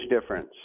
difference